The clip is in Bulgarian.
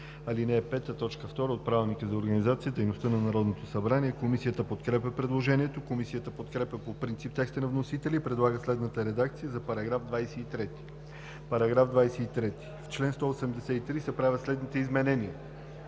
ал. 5, т. 2 от Правилника за организацията и дейността на Народното събрание. Комисията подкрепя предложението. Комисията подкрепя по принцип текста на вносителя и предлага следната редакция за § 23: „§ 23. В чл. 183 се правят следните изменения: